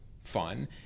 fun